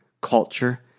culture